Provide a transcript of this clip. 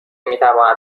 میتواند